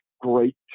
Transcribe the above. great